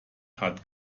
hat